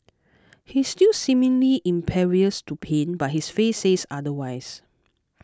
he's still seemingly impervious to pain but his face says otherwise